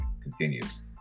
continues